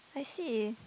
I see